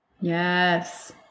Yes